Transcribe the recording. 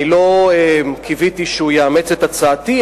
לא קיוויתי שהוא יאמץ את הצעתי,